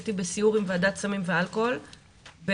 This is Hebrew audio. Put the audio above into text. הייתי סיור עם ועדת סמים ואלכוהול במלכישוע.